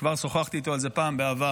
וכבר שוחחתי איתו על זה פעם בעבר: